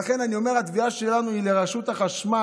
לכן אני אומר, התביעה שלנו היא לרשות החשמל.